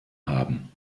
haben